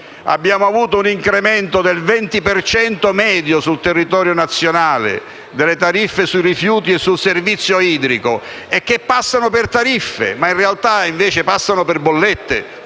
abbiamo avuto un incremento del 20 per cento medio sul territorio nazionale delle tariffe sui rifiuti e sul servizio idrico, che passano per tariffe, ma che in realtà cari colleghi, sono nelle bollette